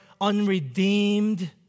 unredeemed